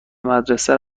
مدرسه